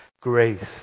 Grace